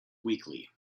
weakly